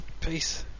Peace